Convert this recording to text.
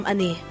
Ani